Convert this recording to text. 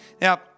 Now